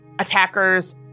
attackers